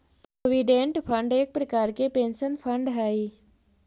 provident fund एक प्रकार के पेंशन फंड हई